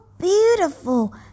beautiful